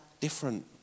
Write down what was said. different